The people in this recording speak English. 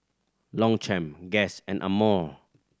Longchamp Guess and Amore